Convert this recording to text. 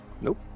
Nope